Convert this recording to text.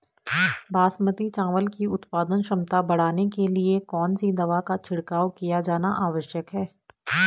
बासमती चावल की उत्पादन क्षमता बढ़ाने के लिए कौन सी दवा का छिड़काव किया जाना आवश्यक है?